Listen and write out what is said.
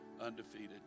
undefeated